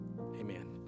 Amen